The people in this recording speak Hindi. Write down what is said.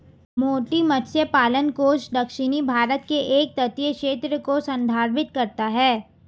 मोती मत्स्य पालन कोस्ट दक्षिणी भारत के एक तटीय क्षेत्र को संदर्भित करता है